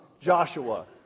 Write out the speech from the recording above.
Joshua